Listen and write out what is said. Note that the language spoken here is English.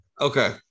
Okay